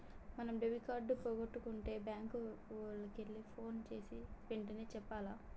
మనం debit card పోగొట్టుకుంటే bank ఓళ్ళకి పోన్ జేసీ ఎంటనే చెప్పాల